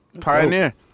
Pioneer